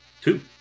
Two